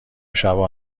شبو